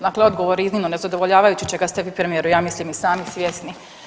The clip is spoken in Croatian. Dakle, odgovor iznimno nezadovoljavajući, čega ste vi premijeru, ja mislim i sami svjesni.